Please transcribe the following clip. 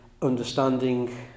understanding